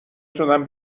شدم